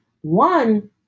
one